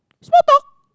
small dog